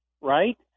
right